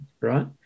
right